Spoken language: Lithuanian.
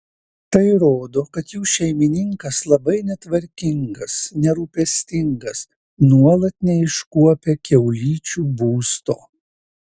tai rodo kad jų šeimininkas labai netvarkingas nerūpestingas nuolat neiškuopia kiaulyčių būsto